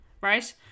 Right